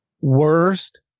Worst